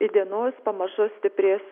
įdienojus pamažu stiprės